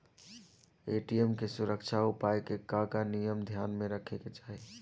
ATM के सुरक्षा उपाय के का का नियम ध्यान में रखे के चाहीं?